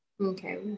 okay